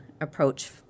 approach